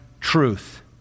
truth